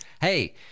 hey